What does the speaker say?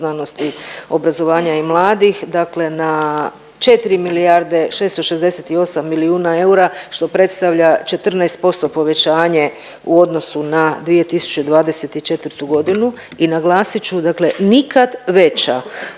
znanosti, obrazovanja i mladih, dakle na 4 milijarde, 668 milijuna eura što predstavlja 14% povećanje u odnosu na 2024. godinu i naglasit ću dakle nikad veća